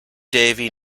davy